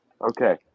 Okay